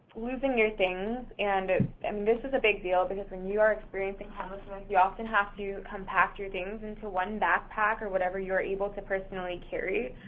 losing your things and and um this is a big deal because when you are experiencing homelessness, you often have to compact your things into one backpack or whatever you're able to personally carry.